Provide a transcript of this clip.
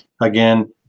Again